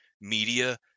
media